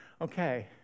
okay